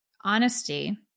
Honesty